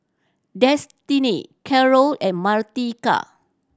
Destini Carroll and Martika